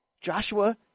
Joshua